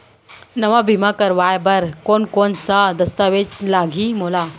नवा बीमा करवाय बर कोन कोन स दस्तावेज लागही मोला?